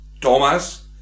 Thomas